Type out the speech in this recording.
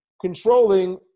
controlling